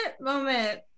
moment